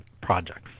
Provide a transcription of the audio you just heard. projects